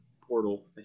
portal